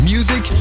Music